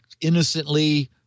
innocently